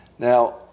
Now